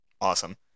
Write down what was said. awesome